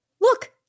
Look